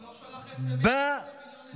הוא לא שלח סמ"ס לשני מיליון אזרחים?